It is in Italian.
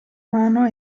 mano